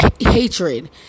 hatred